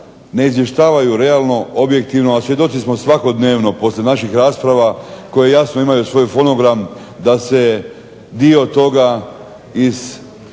ne izvještavaju realno, objektivno, a svjedoci smo svakodnevno poslije naših rasprava koje jasno imaju svoj fonogram da se dio toga